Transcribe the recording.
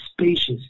spacious